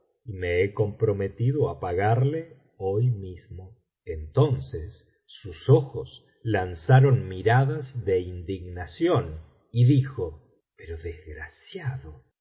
me he comprometido á pagarle hoy mismo entonces sus ojos lanzaron miradas de indignación y dijo pero desgraciado